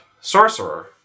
sorcerer